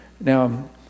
now